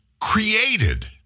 created